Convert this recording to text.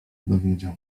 dowiedział